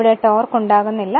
ഇവിടെ ടോർക്ക് ഉണ്ടാകുന്നില്ല